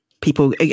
people